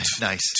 Nice